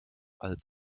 als